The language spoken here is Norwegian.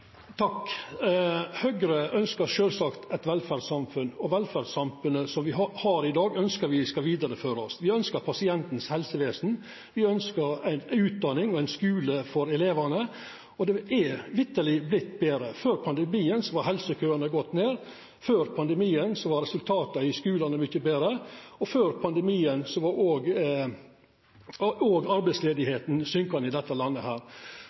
dag, ønskjer me skal vidareførast. Me ønskjer pasienten sitt helsevesen, og me ønskjer ei utdanning og ein skule for elevane. Det har vitterleg vorte betre – før pandemien var helsekøane gått ned, før pandemien var resultata i skulane mykje betre, og før pandemien var òg arbeidsløysa minkande i dette landet.